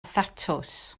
thatws